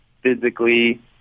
physically